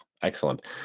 excellent